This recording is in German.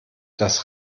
das